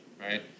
right